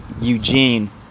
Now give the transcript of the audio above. Eugene